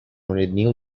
new